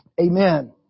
Amen